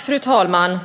Fru talman!